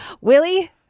Willie